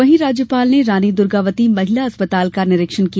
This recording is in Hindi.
वहीं राज्यपाल ने रानी दुर्गावती महिला अस्पताल का निरीक्षण किया